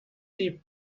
die